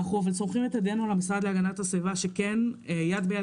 ואנחנו סומכים את ידינו על המשרד להגנת הסביבה שנלך איתו יד ביד